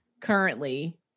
currently